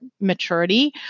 maturity